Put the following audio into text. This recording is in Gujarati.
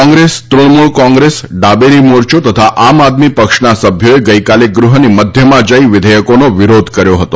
કોંગ્રેસ તૃણમુલ કોંગ્રેસ ડાબેરી મોરચો તથા આમ આદમી પક્ષના સભ્યોએ ગઈકાલે ગૃહની મધ્યમાં જઇ વિધેયકોનો વિરોધ કર્યો હતો